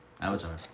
Avatar